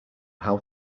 how